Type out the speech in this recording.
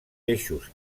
peixos